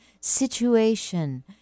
situation